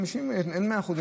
אין 100% נוסעים.